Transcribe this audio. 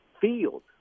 field